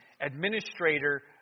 administrator